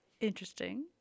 Interesting